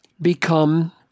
become